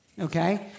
okay